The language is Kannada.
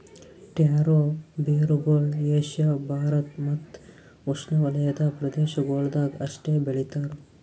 ಟ್ಯಾರೋ ಬೇರುಗೊಳ್ ಏಷ್ಯಾ ಭಾರತ್ ಮತ್ತ್ ಉಷ್ಣೆವಲಯದ ಪ್ರದೇಶಗೊಳ್ದಾಗ್ ಅಷ್ಟೆ ಬೆಳಿತಾರ್